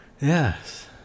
Yes